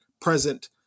present